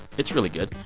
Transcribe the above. it's really good.